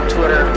Twitter